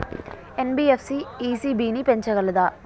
NBFC ECB ని పెంచగలదా?